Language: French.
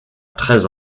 treize